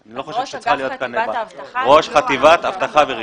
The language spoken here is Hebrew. אנחנו מחליפים את המילה "משטרה" במילים "ראש חטיבת אבטחה ורישוי".